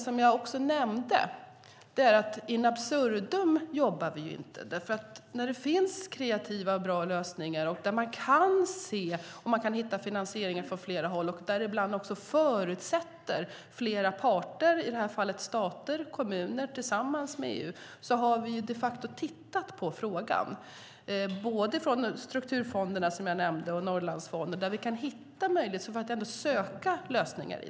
Som jag nämnde jobbar vi inte så att säga in absurdum. Det finns kreativa och bra lösningar, och man får se om man kan hitta finansiering från flera håll som ibland förutsätter flera parter, i det här fallet stater och kommuner tillsammans med EU. I både strukturfonderna, som jag nämnde, och Norrlandsfonden kan vi söka och kanske finna lösningar.